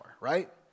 right